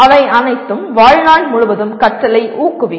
அவை அனைத்தும் வாழ்நாள் முழுவதும் கற்றலை ஊக்குவிக்கும்